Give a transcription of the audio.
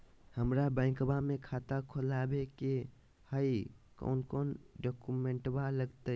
हमरा बैंकवा मे खाता खोलाबे के हई कौन कौन डॉक्यूमेंटवा लगती?